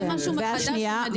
זה משהו חדש ומדהים.